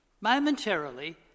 Momentarily